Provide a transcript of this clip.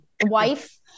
wife